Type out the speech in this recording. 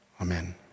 Amen